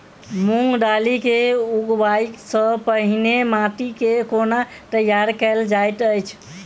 मूंग दालि केँ उगबाई सँ पहिने माटि केँ कोना तैयार कैल जाइत अछि?